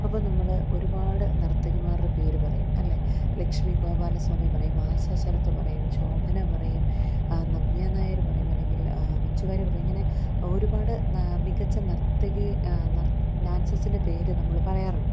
അപ്പോള് നമ്മള് ഒരുപാട് നർത്തകിമാരുടെ പേര് പറയും അല്ലേ ലക്ഷ്മി ഗോപാലസ്വാമി പറയും ആശാ ശരത്ത് പറയും ശോഭന പറയും നവ്യാ നായര് പറയും അല്ലെങ്കിൽ മഞ്ജു വാര്യർ പറയും ഇങ്ങനെ ഒരുപാട് മികച്ച നർത്തകി ഡാൻസേഴ്സിൻ്റെ പേര് നമ്മള് പറയാറുണ്ട്